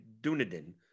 Dunedin